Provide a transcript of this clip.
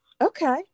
Okay